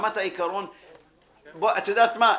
את יודעת מה,